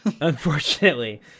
unfortunately